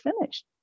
finished